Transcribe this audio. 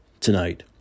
Tonight